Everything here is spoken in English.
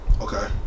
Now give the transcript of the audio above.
Okay